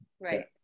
Right